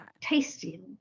Tasty